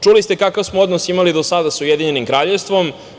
Čuli ste kakav smo odnos imali do sada sa Ujedinjenim Kraljevstvom.